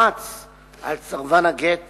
ילחצו על סרבן הגט